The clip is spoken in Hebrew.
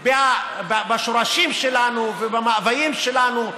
בשורשים שלנו ובמאוויים שלנו,